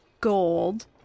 gold